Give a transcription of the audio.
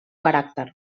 caràcter